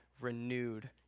renewed